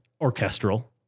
orchestral